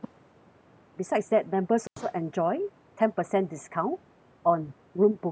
besides that members also enjoy ten percent discount on room bookings